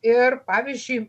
ir pavyzdžiui